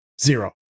Zero